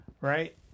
right